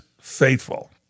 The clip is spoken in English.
faithful